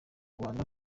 rwanda